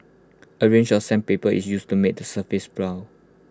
A range of sandpaper is used to make the surface